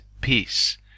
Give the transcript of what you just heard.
peace